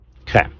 okay